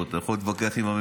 אתה יכול להתווכח עם הממשלה,